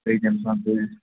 أکۍ اِنسان کٔر